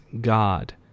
God